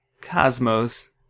Cosmos